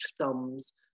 thumbs